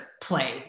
play